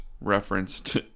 referenced